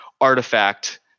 artifact